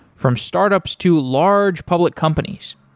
from startups to large public companies.